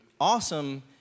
awesome